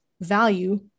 value